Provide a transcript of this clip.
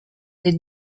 les